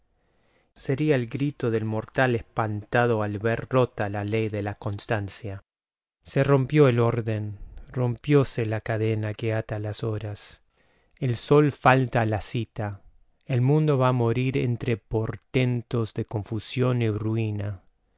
sería el grito del mortal espantado al ver rota la ley de la constancia se rompió el orden rompióse la cadena que ata las horas el sol falta á la cita el mundo va á morir entre portentos de confusión y ruina